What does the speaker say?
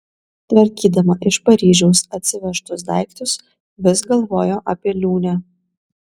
tvarkydama iš paryžiaus atsivežtus daiktus vis galvojo apie liūnę